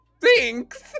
thanks